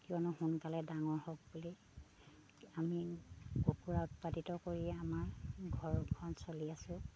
কিয়নো সোনকালে ডাঙৰ হওক বুলি আমি কুকুৰা উৎপাদিত কৰিয়ে আমাৰ ঘৰখন চলি আছোঁ